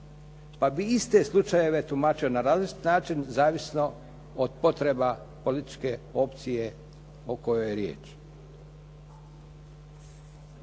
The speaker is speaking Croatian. Pa bi iste slučajeve tumačio na različiti način zavisno od potreba političke opcije o kojoj je riječ.